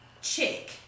Chick